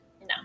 no